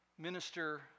minister